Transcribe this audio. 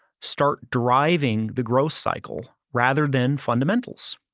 start driving the growth cycle rather than fundamentals.